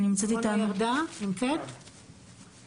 אני מדברת בפניכם בשם נפגעות תקיפה מינית.